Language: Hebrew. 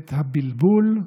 את הבלבול,